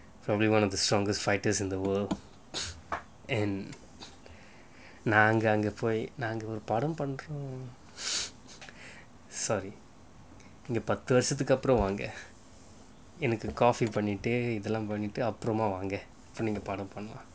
probably one of the strongest fighters in the world and நான் அங்க போய் படம் பன்றோம்:naan anga poyi padam panrom sorry பத்து வருஷதுக்குப்புறம் வாங்க நீங்க எனக்கு:pathu varushatthukkupparum vanga ninga enakku coffee பண்ணிட்டு இதலாம் பண்ணிட்டு அப்புறமா வாங்க அப்புறம் நீங்க படம் பண்ணலா:pannittu ithalaam pannittu appurama vanga appuram ninga padam pannalaa